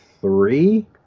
three